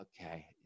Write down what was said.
Okay